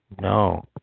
no